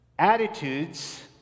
Attitudes